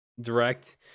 direct